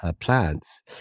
plants